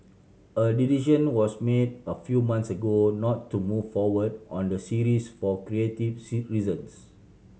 a decision was made a few months ago not to move forward on the series for creative C reasons